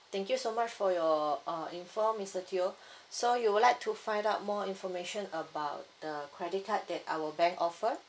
thank you so much for your uh info mister teo so you would like to find out more information about the credit card that our bank offer